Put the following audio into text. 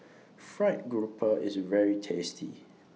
Fried Grouper IS very tasty